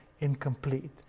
incomplete